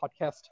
podcast